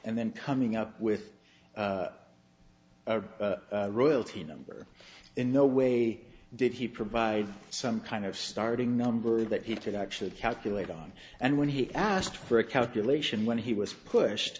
and then coming up with our royalty number in no way did he provide some kind of starting number that he did actually calculate on and when he asked for a calculation when he was pushed